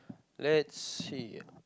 let's see